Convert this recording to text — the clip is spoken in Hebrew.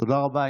תודה רבה.